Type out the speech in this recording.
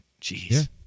Jeez